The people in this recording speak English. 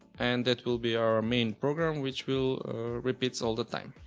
and that will be our main program which will repeats all the time.